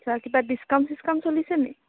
আচ্ছা কিবা ডিছকাউণ্ট চিস্কাউণ্ট চলিছেনি